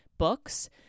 books